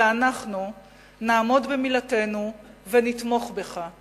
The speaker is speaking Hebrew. ואנחנו נעמוד במילתנו ונתמוך בך.